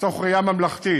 מתוך ראייה ממלכתית,